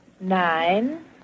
Nine